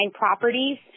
properties